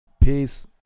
peace